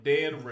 Dead